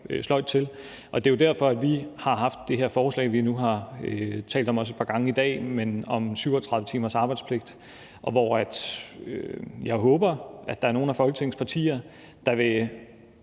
sløjt til med. Og det er derfor, vi har haft det her forslag, vi nu har talt om også et par gange i dag, om en 37-timers arbejdspligt. Og jeg håber, at der er nogle af Folketingets partier, der vil